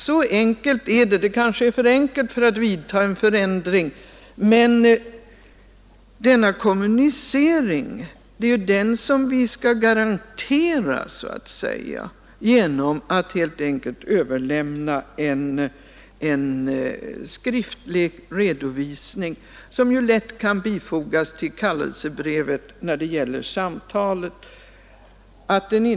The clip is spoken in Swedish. Så enkelt är det — det kanske är för enkelt för att man skall vidta en förändring. Men det är ju denna kommunicering som skall garanteras genom att man helt enkelt överlämnar en skriftlig redovisning, som lätt kan fogas till kallelsebrevet när det gäller samtalet.